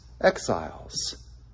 exiles